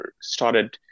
started